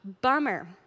bummer